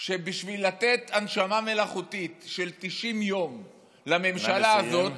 בשביל לתת הנשמה מלאכותית של 90 יום לממשלה הזאת,